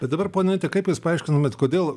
bet dabar ponia ite kaip jūs paaiškinumėt kodėl